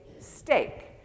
steak